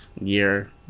year